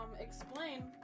explain